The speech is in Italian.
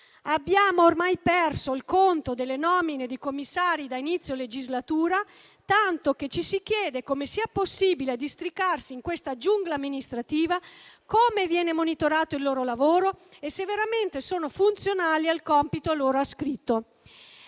Abbiamo ormai perso il conto delle nomine di commissari da inizio legislatura, tanto che ci si chiede come sia possibile districarsi in questa giungla amministrativa, come viene monitorato il loro lavoro e se veramente sono funzionali al compito loro ascritto.